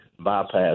bypass